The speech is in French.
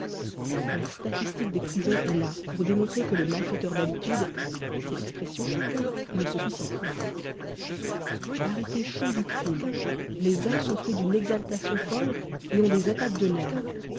la statistique des prisons est là pour démontrer que les malfaiteurs d'habitude c'est lexpression ne se suicident pas arrêtés chauds du crime les uns sont pris d'une exaltation folle et ont des attaques de nerfs